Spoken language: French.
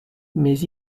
mais